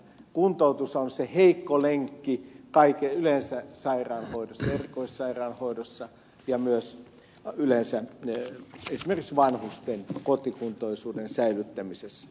kuntoutus on se heikko lenkki yleensä sairaanhoidossa ja erikoissairaanhoidossa ja myös yleensä esimerkiksi vanhusten kotikuntoisuuden säilyttämisessä